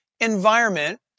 environment